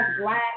black